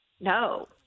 No